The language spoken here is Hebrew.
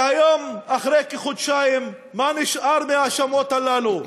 והיום אחרי כחודשיים מה נשאר מהאשמות הללו?